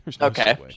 Okay